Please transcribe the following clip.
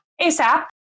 ASAP